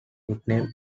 nicknamed